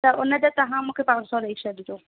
त उनजे तव्हां मूंखे पंज सौ रुपिया ॾेई छॾिजो